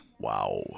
Wow